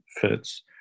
fits